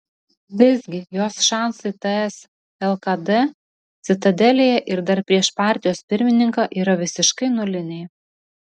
visgi jos šansai ts lkd citadelėje ir dar prieš partijos pirmininką yra visiškai nuliniai